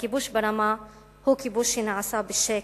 הכיבוש ברמה הוא כיבוש שנעשה בשקט,